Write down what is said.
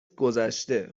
گذشته